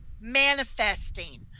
manifesting